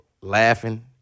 laughing